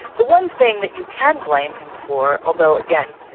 the one thing that you can blame him for, although again,